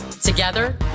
Together